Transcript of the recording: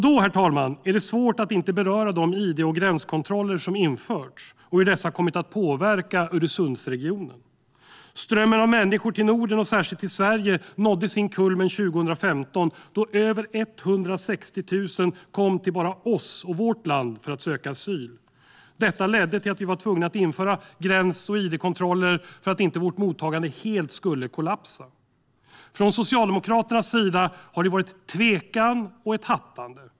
Då, herr talman, är det svårt att inte beröra de id och gränskontroller som införts och hur dessa har kommit att påverka Öresundsregionen. Strömmen av människor till Norden, och särskilt till Sverige, nådde sin kulmen 2015, då över 160 000 kom till bara vårt land för att söka asyl. Detta ledde till att vi var tvungna att införa gräns och id-kontroller för att inte vårt mottagande helt skulle kollapsa. Från Socialdemokraternas sida har det varit tvekan och ett hattande.